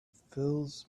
fills